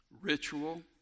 ritual